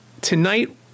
Tonight